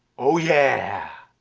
oh yeah,